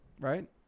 right